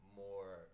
more